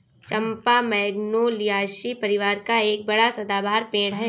चंपा Magnoliaceae परिवार का एक बड़ा सदाबहार पेड़ है